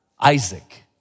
Isaac